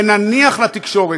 ונניח לתקשורת.